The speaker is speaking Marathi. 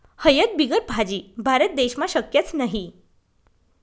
हयद बिगर भाजी? भारत देशमा शक्यच नही